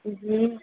जी